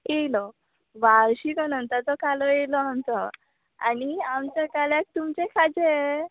येयलो वार्शीक अनंताचो कालो येयलो आमचो आनी आमच्या काल्याक तुमचें खाजें